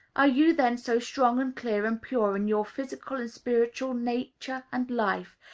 are you then so strong and clear and pure in your physical and spiritual nature and life,